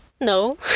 No